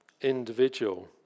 individual